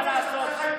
מה לעשות?